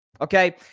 Okay